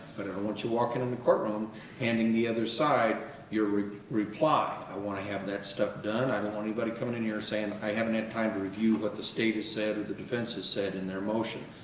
but i don't want you walking in the courtroom handing the other side your reply. i want to have that stuff done. i don't want anybody coming in here saying, i haven't had time to review what the state has said or the defense has said in their motion.